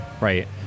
right